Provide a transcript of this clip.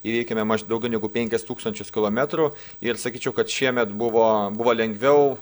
įveikėme maž daugiau negu penkis tūkstančius kilometrų ir sakyčiau kad šiemet buvo buvo lengviau